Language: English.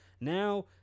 Now